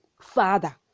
father